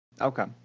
Okay